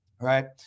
Right